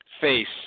face